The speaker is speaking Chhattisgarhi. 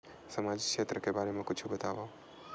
सामजिक क्षेत्र के बारे मा कुछु बतावव?